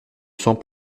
sans